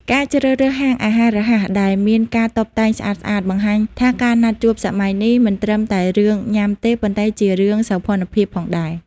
ការជ្រើសរើសហាងអាហាររហ័សដែលមានការតុបតែងស្អាតៗ បង្ហាញថាការណាត់ជួបសម័យនេះមិនត្រឹមតែរឿងញ៉ាំទេ ប៉ុន្តែជារឿង «សោភ័ណភាព» ផងដែរ។